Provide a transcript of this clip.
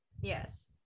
Yes